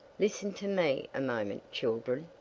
listen to me a moment, children,